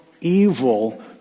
evil